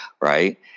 right